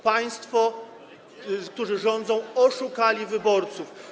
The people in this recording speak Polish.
Państwo, którzy rządzą, oszukali wyborców.